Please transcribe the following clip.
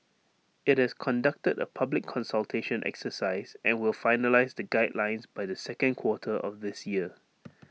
IT has conducted A public consultation exercise and will finalise the guidelines by the second quarter of this year